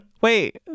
Wait